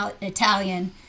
Italian